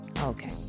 Okay